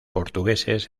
portugueses